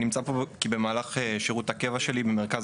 אני נמצא פה כי במהלך שירות הקבע שלי במרכז